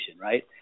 right